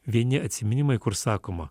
vieni atsiminimai kur sakoma